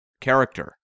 character